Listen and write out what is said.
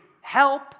help